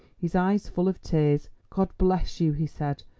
his eyes full of tears. god bless you, he said,